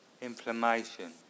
inflammation